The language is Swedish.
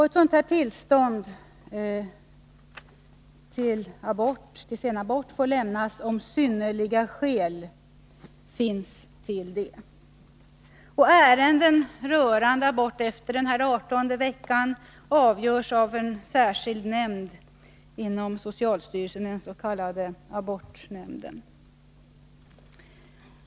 Ett sådant tillstånd får lämnas om synnerliga skäl finns till abort. Ärenden rörande abort efter 18:e veckan avgörs av en särskild nämnd inom socialstyrelsen, den s.k. abortnämnden.